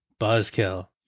Buzzkill